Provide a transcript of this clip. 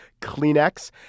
Kleenex